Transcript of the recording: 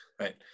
Right